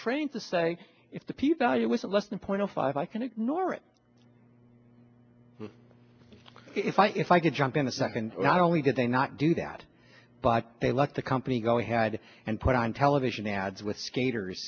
trained to say if the p value is less than point zero five i can ignore it if i if i could jump in a second not only did they not do that but they let the company go ahead and put on television ads with skaters